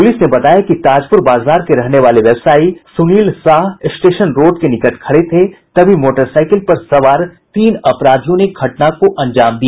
police ने बताया कि ताजपुर बाजार के रहने वाले व्यवसायी सुनील साह स्टेशन रोड के निकट खड़े थे तभी मोटरसाइकिल पर सवार तीन अपराधियों ने घटना को अंजाम दिया